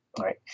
right